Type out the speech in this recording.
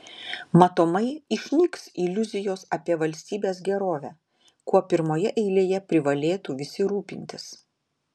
matomai išnyks iliuzijos apie valstybės gerovę kuo pirmoje eilėje privalėtų visi rūpintis